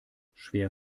schwer